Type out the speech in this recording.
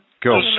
Go